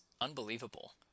unbelievable